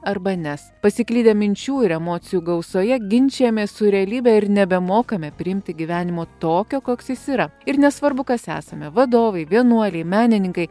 arba nes pasiklydę minčių ir emocijų gausoje ginčijamės su realybe ir nebemokame priimti gyvenimo tokio koks jis yra ir nesvarbu kas esame vadovai vienuoliai menininkai